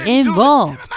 involved